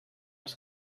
els